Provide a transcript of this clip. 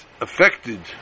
affected